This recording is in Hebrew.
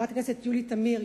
יולי תמיר,